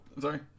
sorry